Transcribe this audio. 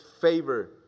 favor